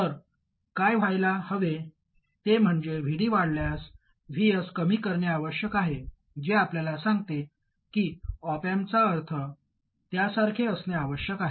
तर काय व्हायला हवे ते म्हणजे Vd वाढल्यास Vs कमी करणे आवश्यक आहे जे आपल्याला सांगते की ऑप अँपचा अर्थ त्यासारखे असणे आवश्यक आहे